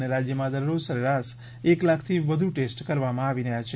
અને રાજ્યમાં દરરોજ સરેરાશ એક લાખથી વધુ ટેસ્ટ કરવામાં આવી રહ્યા છે